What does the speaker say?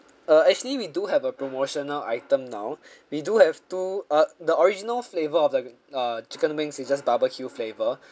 err actually we do have a promotional item now we do have two uh the original flavor of the uh chicken wings it's just barbecue flavor